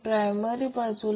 45 म्हणून 6